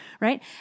right